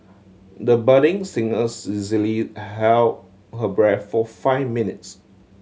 the budding singer easily held her breath for five minutes